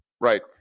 Right